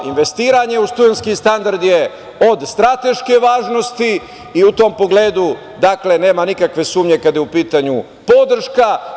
Investiranje u studentski standard je od strateške važnosti i u tom pogledu, dakle, nema nikakve sumnje kada je u pitanju podrška.